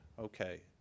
Okay